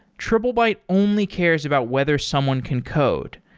triplebyte only cares about whether someone can code.